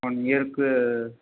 one இயருக்கு